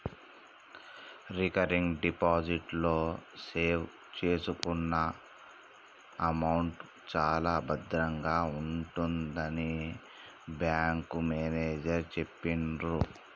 recurring deposit లో save చేసుకున్న amount చాలా భద్రంగా ఉంటుందని బ్యాంకు మేనేజరు చెప్పిర్రు